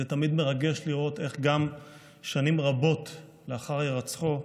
זה תמיד מרגש לראות איך גם שנים רבות לאחר הירצחו,